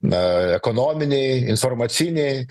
na ekonominiai informaciniai